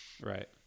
right